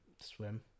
swim